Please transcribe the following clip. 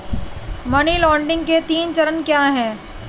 Money laundering के तीन चरण क्या हैं?